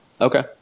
Okay